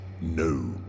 No